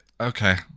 Okay